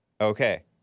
Okay